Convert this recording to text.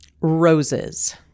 Roses